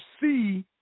see